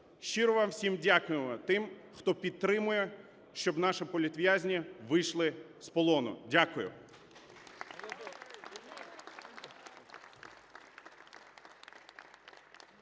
Щиро вам всім дякуємо, тим, хто підтримує, щоб наші політв'язні вийшли з полону. Дякую.